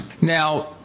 Now